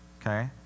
Okay